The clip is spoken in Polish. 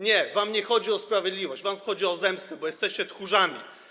Nie, wam nie chodzi o sprawiedliwość, wam chodzi o zemstę, bo jesteście tchórzami.